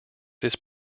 this